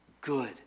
Good